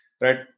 Right